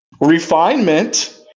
Refinement